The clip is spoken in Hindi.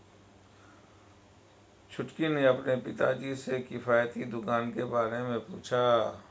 छुटकी ने अपने पिताजी से किफायती दुकान के बारे में पूछा